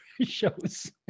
shows